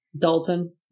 dalton